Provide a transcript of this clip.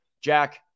Jack